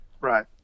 right